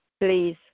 Please